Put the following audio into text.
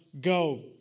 go